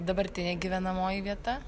dabartinė gyvenamoji vieta